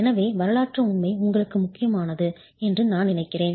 எனவே வரலாற்று உண்மை உங்களுக்கு முக்கியமானது என்று நான் நினைக்கிறேன்